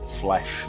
flesh